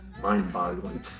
mind-boggling